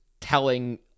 telling